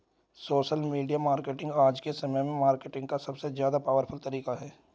social media marketing आज के समय में मार्केटिंग का सबसे ज्यादा पॉवरफुल तरीका है